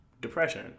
depression